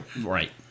Right